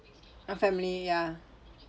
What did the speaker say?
a family ya